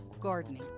gardening